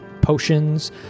potions